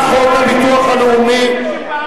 ברשימה?